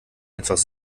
einfach